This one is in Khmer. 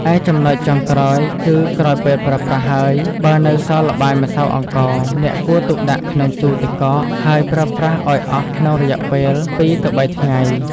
ឯចំណុចចុងក្រោយគឺ ក្រោយពេលប្រើប្រាស់ហើយ បើនៅសល់ល្បាយម្សៅអង្ករ អ្នកគួរទុកដាក់ក្នុងទូទឹកកក ហើយប្រើប្រាស់ឱ្យអស់ក្នុងរយៈពេល ២ ទៅ ៣ ថ្ងៃ។